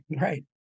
Right